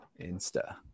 insta